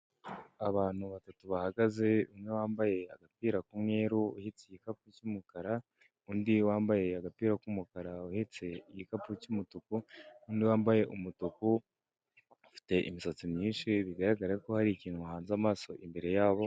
Abantu batatu bahagaze umwe wambaye agapira k'umweru uhetse igikapu cy'umukara, undi wambaye agapira k'umukara uhetse igikapu cy'umutuku, undi wambaye umutuku afite imisatsi myinshi bigaragara ko hari ikintu bahanze amaso imbere yabo.